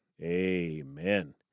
Amen